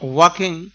walking